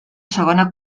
segona